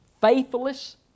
faithless